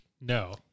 No